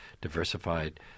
diversified